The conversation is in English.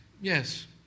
yes